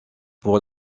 pour